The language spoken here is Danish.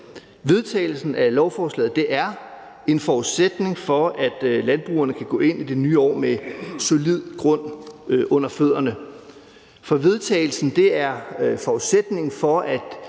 Vedtagelsen af lovforslaget er en forudsætning for, at landbrugerne kan gå ind i det nye år med solid grund under fødderne, for vedtagelsen er forudsætningen for, at